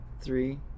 Three